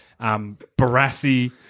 Barassi